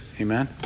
Amen